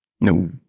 no